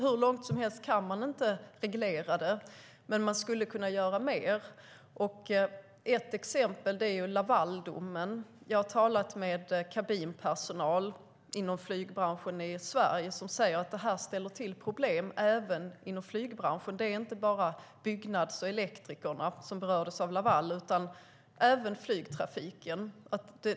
Hur långt som helst kan man förstås inte reglera det, men man skulle kunna göra mer. Ett exempel är Lavaldomen. Jag har talat med kabinpersonal inom flygbranschen i Sverige som säger att det ställer till problem även inom flygbranschen. Det är inte bara byggnadsarbetare och elektriker som berörs av Laval utan även flygpersonalen.